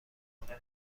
میره